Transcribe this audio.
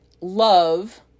love